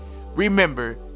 Remember